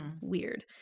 Weird